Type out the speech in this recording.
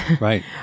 Right